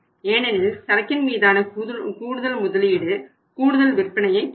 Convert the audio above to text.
ஏனெனில் சரக்கின் மீதான கூடுதல் முதலீடு கூடுதல் விற்பனையை கொடுக்கும்